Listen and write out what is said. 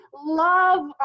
love